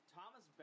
Thomas